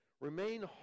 remain